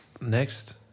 next